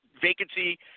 vacancy